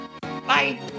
Bye